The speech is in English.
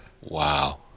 Wow